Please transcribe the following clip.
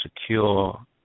secure